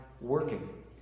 working